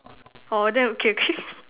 orh then okay okay